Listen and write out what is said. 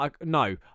no